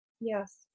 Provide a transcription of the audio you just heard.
Yes